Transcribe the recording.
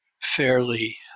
fairly